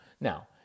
Now